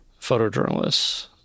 photojournalists